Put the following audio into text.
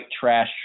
trash